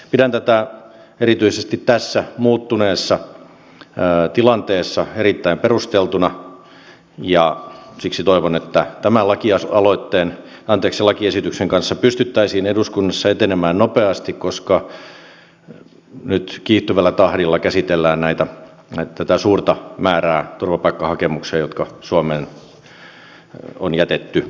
pidän tätä erityisesti tässä muuttuneessa tilanteessa erittäin perusteltuna ja siksi toivon että tämän lakiesityksen kanssa pystyttäisiin eduskunnassa etenemään nopeasti koska nyt kiihtyvällä tahdilla käsitellään tätä suurta määrää turvapaikkahakemuksia jotka suomeen on jätetty